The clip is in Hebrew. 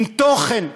עם תוכן.